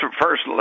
first